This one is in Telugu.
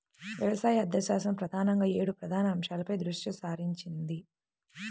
వ్యవసాయ ఆర్థికశాస్త్రం ప్రధానంగా ఏడు ప్రధాన అంశాలపై దృష్టి సారించింది